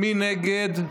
מי נגד?